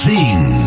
Sing